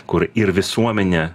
kur ir visuomenė